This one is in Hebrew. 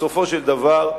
בסופו של דבר,